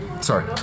Sorry